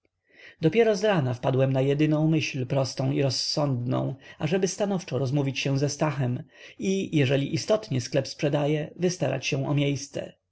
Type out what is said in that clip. dopiero zrana wpadłem na jedyną myśl prostą i rozsądną ażeby stanowczo rozmówić się ze stachem i jeżeli istotnie sklep sprzedaje wystarać się o miejsce